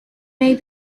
may